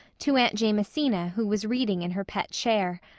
to aunt jamesina who was reading in her pet chair.